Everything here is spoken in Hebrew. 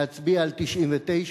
להצביע על 99,